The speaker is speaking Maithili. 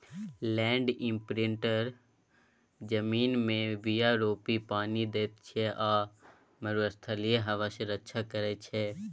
लैंड इमप्रिंटर जमीनमे बीया रोपि पानि दैत छै आ मरुस्थलीय हबा सँ रक्षा करै छै